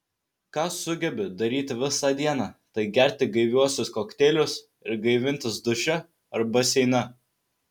ką sugebi daryti visą dieną tai gerti gaiviuosius kokteilius ir gaivintis duše ar baseine